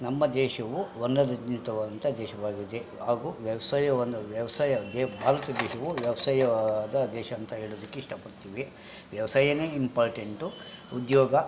ನಮ್ಮ ದೇಶವು ವರ್ಣರಂಜಿತವಾದಂಥ ದೇಶವಾಗಿದೆ ಹಾಗೂ ವ್ಯವಸಾಯವನ್ನ ವ್ಯವಸಾಯಾಗೆ ಭಾರತ ದೇಶವು ವ್ಯವಸಾಯವಾದ ದೇಶ ಅಂತ ಹೇಳೋದಕ್ಕೆ ಇಷ್ಟಪಡ್ತಿವಿ ವ್ಯವಸಾಯ ಇಂಪಾರ್ಟೆಂಟು ಉದ್ಯೋಗ